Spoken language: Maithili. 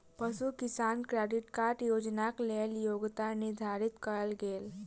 पशु किसान क्रेडिट कार्ड योजनाक लेल योग्यता निर्धारित कयल गेल